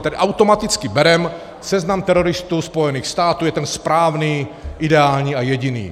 Tak automaticky bereme, že seznam teroristů Spojených států je ten správný, ideální a jediný.